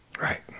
right